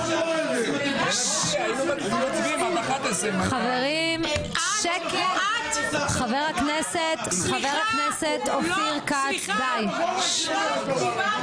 את מתייחסת אליה כאל אשה לפני שאת מתייחסת אליה כאל פוליטיקאית.